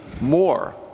more